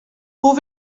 hoe